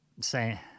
Say